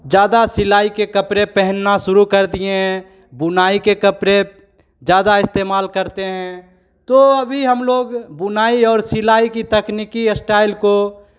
ज़्यादा सिलाई के कपड़े पहनना शुरू कर दिए हैं बुनाई के कपड़े ज़्यादा इस्तेमाल करते हैं तो अभी हम लोग बुनाई और सिलाई की तकनीकी अस्टाइल को